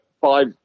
five